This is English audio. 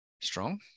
strong